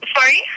Sorry